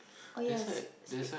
oh ya